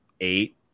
eight